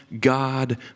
God